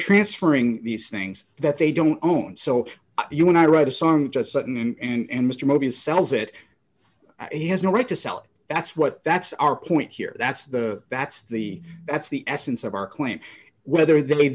transferring these things that they don't own so you and i write a song justin and mr mobius sells it he has no right to sell that's what that's our point here that's the that's the that's the essence of our claim whether the